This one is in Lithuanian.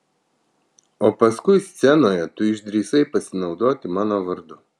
o paskui scenoje tu išdrįsai pasinaudoti mano vardu